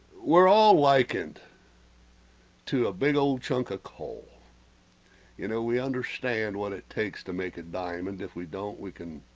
we're all likened to a big old chunk of ah coal you know we understand what it takes to make a diamond if we don't? we can,